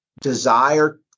desire